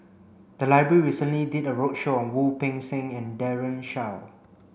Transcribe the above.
the library recently did a roadshow on Wu Peng Seng and Daren Shiau